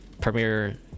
Premiere